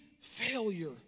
failure